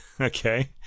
Okay